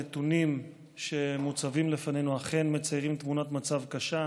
הנתונים שמוצבים לפנינו אכן מציירים תמונת מצב קשה.